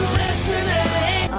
listening